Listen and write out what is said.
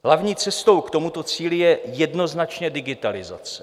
Hlavní cestou k tomuto cíli je jednoznačně digitalizace.